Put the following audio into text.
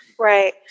Right